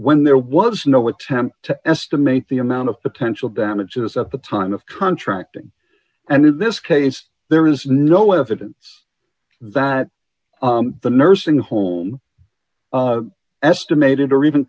when there was no attempt to estimate the amount of potential damages at the time of contracting and in this case there is no evidence that the nursing home estimated or even